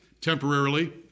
temporarily